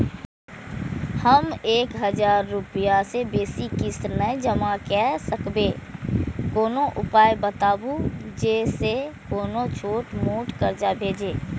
हम एक हजार रूपया से बेसी किस्त नय जमा के सकबे कोनो उपाय बताबु जै से कोनो छोट मोट कर्जा भे जै?